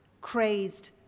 crazed